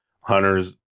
hunters